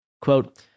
Quote